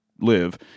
live